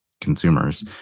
consumers